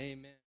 Amen